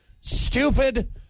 Stupid